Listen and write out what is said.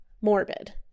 morbid